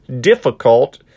difficult